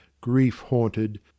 grief-haunted